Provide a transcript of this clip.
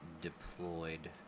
deployed